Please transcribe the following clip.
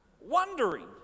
wondering